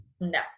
no